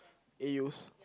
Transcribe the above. A_Us